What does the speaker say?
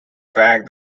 fact